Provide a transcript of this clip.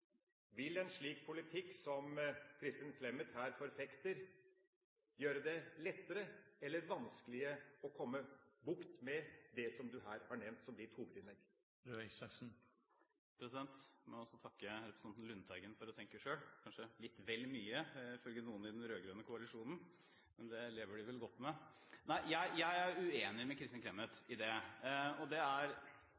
Vil en slik politikk som Kristin Clemet her forfekter, gjøre det lettere eller vanskeligere å få bukt med det som du her har nevnt i ditt hovedinnlegg? Jeg må også takke representanten Lundteigen for å tenke selv, kanskje litt vel mye, ifølge noen i den rød-grønne koalisjonen. Men det lever de vel godt med. Jeg er uenig med Kristin Clemet